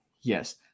Yes